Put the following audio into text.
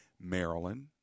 Maryland